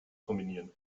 kombinieren